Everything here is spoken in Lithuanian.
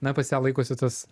na pas ją laikosi tas